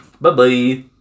Bye-bye